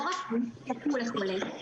לא רק נחשפו לחולה,